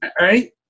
Right